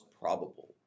probable